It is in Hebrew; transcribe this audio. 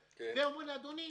ואומרים לו: אדוני,